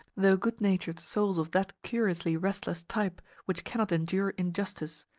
though good-natured souls of that curiously restless type which cannot endure injustice,